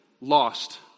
lost